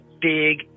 big